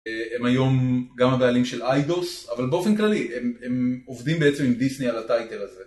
הם היום גם הבעלים של איידוס אבל באופן כללי הם עובדים בעצם עם דיסני על הטייטל הזה